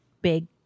big